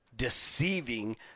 deceiving